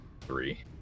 three